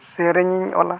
ᱥᱮᱨᱮᱧᱤᱧ ᱚᱞᱟ